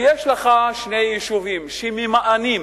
כשיש לך שני יישובים שממאנים,